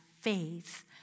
faith